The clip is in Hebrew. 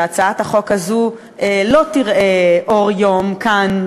שהצעת החוק הזאת לא תראה אור יום כאן,